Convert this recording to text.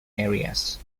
areas